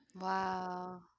wow